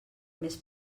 més